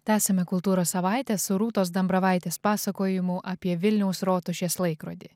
tęsiame kultūros savaitę su rūtos dambravaitės pasakojimu apie vilniaus rotušės laikrodį